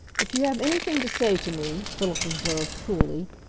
if you have anything to say to me, philip observed coolly,